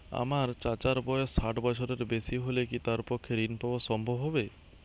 আমার চাচার বয়স ষাট বছরের বেশি হলে কি তার পক্ষে ঋণ পাওয়া সম্ভব হবে?